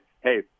hey